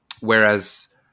Whereas